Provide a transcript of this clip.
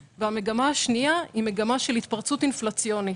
ב) מגמה של התפרצות אינפלציונית.